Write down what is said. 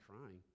crying